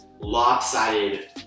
lopsided